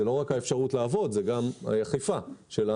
זו לא רק האפשרות לעבוד זו גם אכיפה שלנו